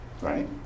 right